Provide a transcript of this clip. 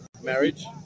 marriage